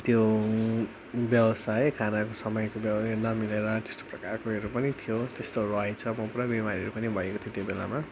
त्यो व्यवसाय खानाको समयको नमिलेर त्यस्तो प्रकारकोहरू पनि थियो त्यस्तोहरू रहेछ म पुरा बिमारीहरू पनि भएको थिएँ त्यो बेलामा